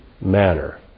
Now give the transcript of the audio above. manner